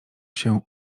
się